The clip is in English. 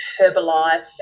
Herbalife